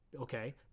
okay